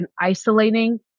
isolating